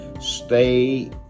stay